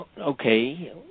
Okay